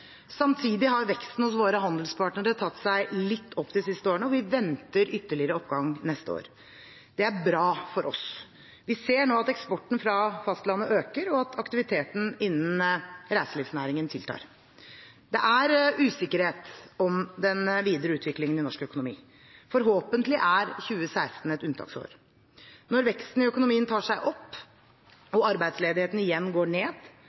Samtidig har veksten hos våre handelspartnere tatt seg litt opp de siste årene, og vi venter ytterligere oppgang neste år. Det er bra for oss. Vi ser nå at eksporten fra fastlandet øker, og at aktiviteten innen reiselivsnæringen tiltar. Det er usikkerhet om den videre utviklingen i norsk økonomi. Forhåpentlig er 2016 et unntaksår. Når veksten i økonomien tar seg opp og arbeidsledigheten igjen går ned,